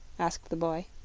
asked the boy.